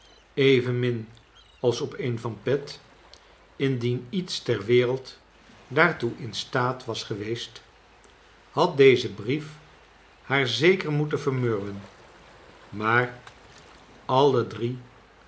evenmin als op een van pet indien iets ter wereld daartoe in staat was geweest had deze brief haar zeker moeten vermurwen maar alle drie